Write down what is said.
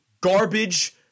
garbage